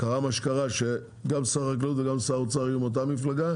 קרה מה שקרה שגם שר החקלאות וגם שר האוצר יהיו מאותה מפלגה,